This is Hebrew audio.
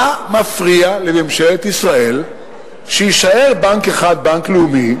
מה מפריע לממשלת ישראל שיישאר בנק אחד, בנק לאומי,